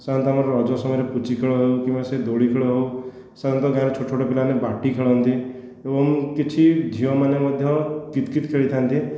ସାଧାରଣତଃ ଆମର ରଜ ସମୟରେ ପୁଚି ଖେଳ ହେଉ କିମ୍ବା ସେ ଦୋଳି ଖେଳ ହେଉ ସାଧାରଣତଃ ଗାଁରେ ଛୋଟ ଛୋଟ ପିଲାମାନେ ବାଟି ଖେଳନ୍ତି ଏବଂ କିଛି ଝିଅ ମାନେ ମଧ୍ୟ କିତ୍ କିତ୍ ଖେଳିଥାନ୍ତି